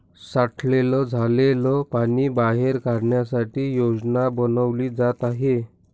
साठलेलं झालेल पाणी बाहेर काढण्यासाठी योजना बनवली जात आहे